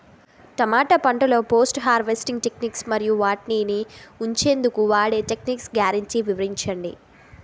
టమాటా పంటలో post harvest techniques మరియు వాటిని ఉంచెందుకు వాడే టెక్నిక్స్ గ్యారంటీ వివరించండి?